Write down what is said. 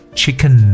chicken